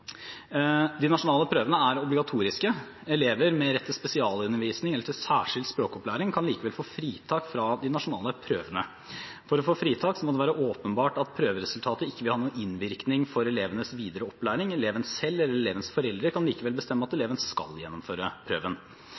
De nasjonale prøvene er obligatoriske. Elever med rett til spesialundervisning eller til særskilt språkopplæring kan likevel få fritak fra de nasjonale prøvene. For å få fritak må det være åpenbart at prøveresultatet ikke vil ha noen innvirkning på elevenes videre opplæring. Eleven selv, eller elevens foreldre, kan likevel bestemme at eleven skal gjennomføre prøven.